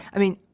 i mean,